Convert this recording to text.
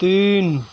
تین